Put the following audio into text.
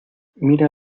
mira